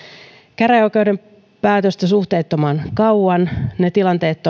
käräjäoikeuden päätöstä suhteettoman kauan ja ne tilanteet